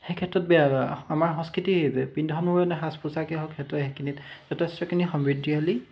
সেই ক্ষেত্ৰত আমাৰ সংস্কৃতিৰ পিন্ধন উৰণে সাজ পোচাকে হওক সেইটোৱে সেইখিনিত যথেষ্টখিনি সমৃদ্ধিশালী